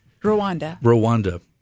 Rwanda